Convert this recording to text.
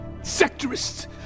sectorists